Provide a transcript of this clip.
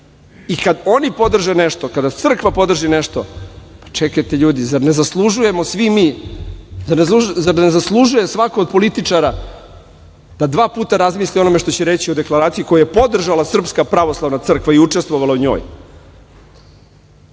i kada oni podrže nešto, kada crkva podrži nešto, čekajte ljudi, zar ne zaslužujemo nešto svi mi? Zar ne zaslužuje svako od političara da dva puta razmisli o onome što će reći o deklaraciji koju je podržala SPC i učestvovala u njoj?U